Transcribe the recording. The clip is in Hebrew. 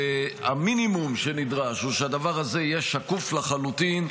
המינימום הנדרש הוא שהדבר הזה יהיה שקוף לחלוטין,